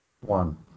One